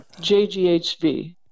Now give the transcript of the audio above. JGHV